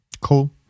Cool